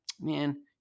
man